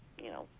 you know,